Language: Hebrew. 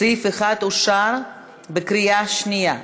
סעיף 1 אושר בקריאה שנייה.